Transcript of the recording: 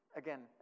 again